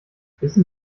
wissen